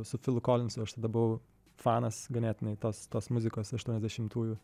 su filu kolinsu aš tada buvau fanas ganėtinai tos tos muzikos aštuoniasdešimtųjų